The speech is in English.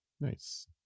nice